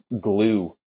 glue